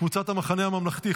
קבוצת סיעת המחנה הממלכתי,